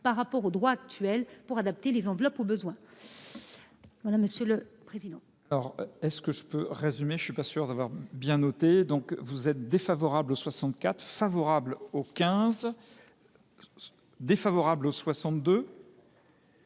par rapport au droit actuel pour adapter les enveloppes aux besoins.